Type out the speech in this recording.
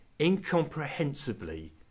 incomprehensibly